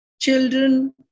Children